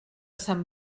sant